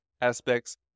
aspects